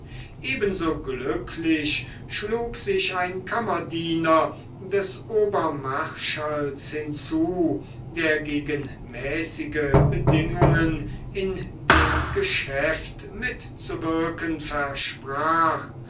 ebenso glücklich schlug sich ein kammerdiener des obermarschalls hinzu der gegen mäßige bedingungen in dem geschäft mitzuwirken versprach